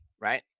right